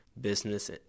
business